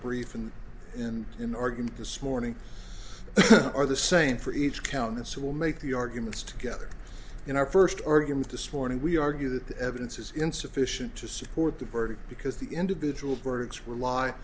brief and and in argument this morning are the same for each count and so will make the arguments together in our first argument this morning we argue that the evidence is insufficient to support the verdict because the individual courts rely